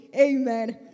Amen